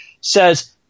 says